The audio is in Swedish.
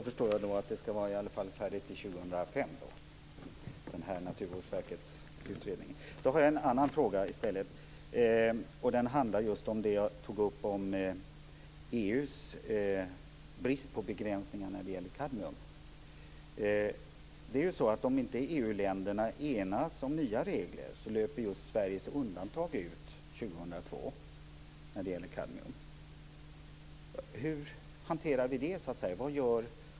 Fru talman! Då ska Naturvårdsverkets utredning tydligen vara klar 2005. Jag har en annan fråga som handlar om det som jag tog upp om EU:s brist på begränsningar för kadmium. Om inte EU-länderna enas om nya regler löper Hur hanterar vi det?